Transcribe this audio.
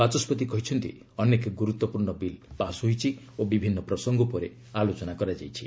ବାଚସ୍କତି କହିଛନ୍ତି ଅନେକ ଗୁରୁତ୍ୱପୂର୍ଣ୍ଣ ବିଲ୍ ପାସ୍ ହୋଇଛି ଓ ବିଭିନ୍ନ ପ୍ରସଙ୍ଗ ଉପରେ ଆଲୋଚନା କରାଯାଇଛି